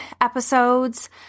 episodes